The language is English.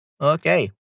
Okay